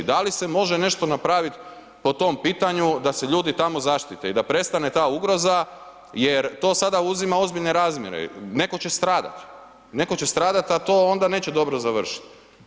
Da li se može nešto napraviti po tom pitanju da se ljudi tamo zaštite i da prestane ta ugroza jer to sada uzima ozbiljne razmjere, netko će stradati, netko će stradati a to onda neće dobro završiti.